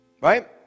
Right